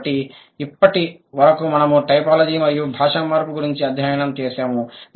కాబట్టి ఇప్పటివరకు మనము టైపోలాజీ మరియు భాష మార్పు గురించి అధ్యయనం చేసాము